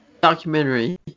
documentary